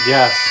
Yes